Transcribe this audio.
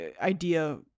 idea